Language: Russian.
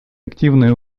активное